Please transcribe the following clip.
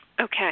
Okay